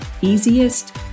easiest